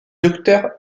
docteur